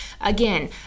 Again